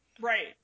Right